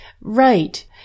Right